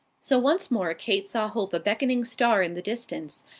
so once more kate saw hope a beckoning star in the distance,